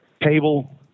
cable